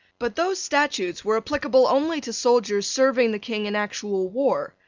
but those statutes were applicable only to soldiers serving the king in actual war,